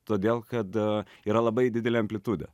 todėl kad yra labai didelė amplitudė